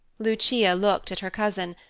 lucia looked at her cousin,